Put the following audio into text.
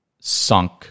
sunk